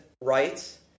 rights